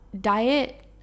Diet